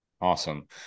awesome